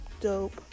dope